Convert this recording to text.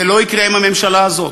זה לא יקרה עם הממשלה הזאת.